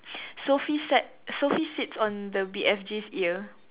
Sophie sat Sophie sits on the B_F_G's ear